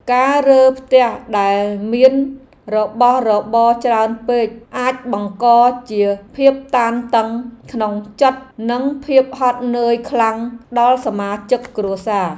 ការរើផ្ទះដែលមានរបស់របរច្រើនពេកអាចបង្កជាភាពតានតឹងក្នុងចិត្តនិងភាពហត់នឿយខ្លាំងដល់សមាជិកគ្រួសារ។